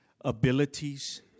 abilities